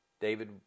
David